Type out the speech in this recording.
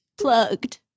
Plugged